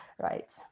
right